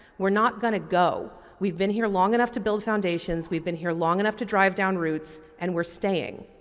we're not going to go. we've been here long enough to build foundations. we've been here long enough to drive down roots and we're staying